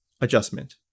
adjustment